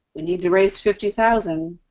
we need to raise fifty thousand